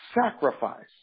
sacrifice